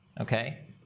okay